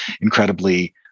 incredibly